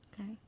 Okay